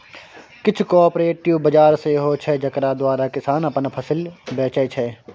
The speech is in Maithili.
किछ कॉपरेटिव बजार सेहो छै जकरा द्वारा किसान अपन फसिल बेचै छै